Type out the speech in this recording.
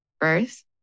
First